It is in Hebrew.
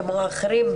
כמו אחרים,